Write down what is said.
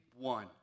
one